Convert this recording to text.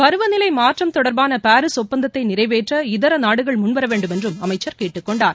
பருவநிலை மாற்றம் தொடர்பாள பாரீஸ் ஒப்பந்தத்தை நிறைவேற்ற இதர நாடுகள் முன்வர வேண்டும் என்றும் அமைச்சர் கேட்டுக் கொண்டார்